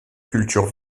culture